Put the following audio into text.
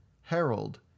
Harold